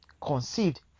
conceived